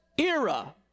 era